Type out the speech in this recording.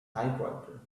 typewriter